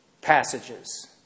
passages